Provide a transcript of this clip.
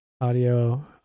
audio